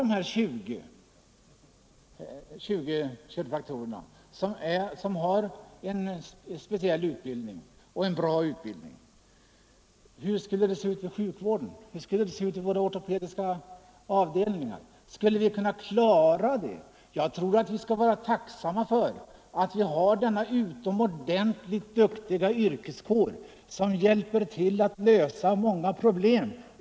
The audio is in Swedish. Jag tror att vi skall vara tacksamma för att vi har denna utomordentligt skickliga yrkeskår som hjälper till att lösa många problem i det här samhället i dag — och även i framtiden. Många, många idrottsmän — även elitidrottsmän — vänder sig till kiropraktorer för att få hjälp med sina ryggoch ledbesvär. Varför gör de detta? Jo, de här kiropraktorerna kan det här jobbet, och det vet idrottsmännen. Därför går de dit. De idrottsmän som jag här talar om har i de allra flesta fall tillgång till all den expertis som svensk sjukvård kan ge. Kiropraktorerna får i uppgift att rätta till deras ryggar och leder, då situationen det kräver. Det är ganska intressant. De skulle säkert inte vända sig till dessa kiropraktorer om de visste att behandlingen som dessa ger skulle misslyckas.